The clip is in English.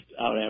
out